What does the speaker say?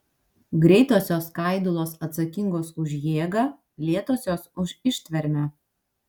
greitosios skaidulos atsakingos už jėgą lėtosios už ištvermę